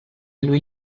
lui